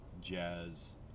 jazz